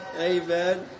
Amen